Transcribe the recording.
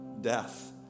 death